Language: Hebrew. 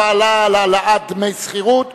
הגבלה על העלאת דמי השכירות),